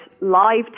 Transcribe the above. live